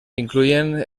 incluyen